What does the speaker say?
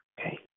Okay